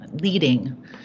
leading